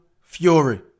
Fury